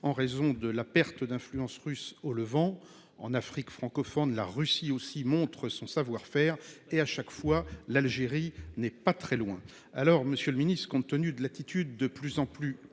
en raison de la perte d'influence russe au Levant, En Afrique francophone, la Russie aussi montre son savoir-faire et à chaque fois l'Algérie n'est pas très loin. Alors Monsieur le Ministre, compte tenu de l'attitude de plus en plus